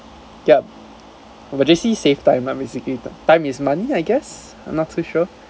yup but J_C save time lah basically time is money I guess I'm not so sure